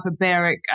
hyperbaric